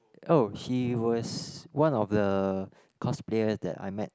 oh he was one of the cosplayer that I met